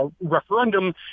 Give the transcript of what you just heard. referendum